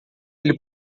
ele